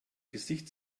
gesicht